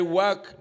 work